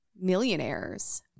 millionaires